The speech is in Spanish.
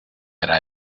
hará